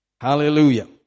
Hallelujah